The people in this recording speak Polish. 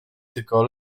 tylko